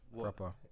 proper